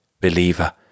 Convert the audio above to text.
Believer